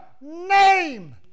name